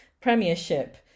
premiership